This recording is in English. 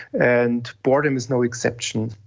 and boredom is no exception.